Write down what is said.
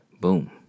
boom